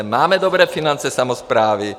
Máme dobré finance samosprávy.